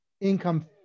income